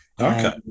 Okay